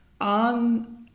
on